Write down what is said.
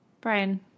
Brian